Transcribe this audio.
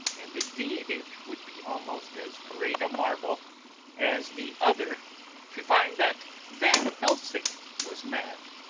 and indeed it would be almost as great a marvel as the other to find that van helsing was mad